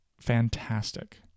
fantastic